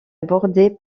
bordée